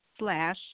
slash